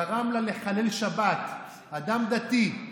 גרם לה לחלל שבת, אדם דתי.